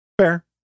Fair